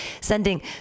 sending